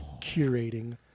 curating